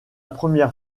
première